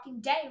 day